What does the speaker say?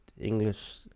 English